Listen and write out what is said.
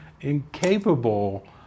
incapable